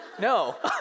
no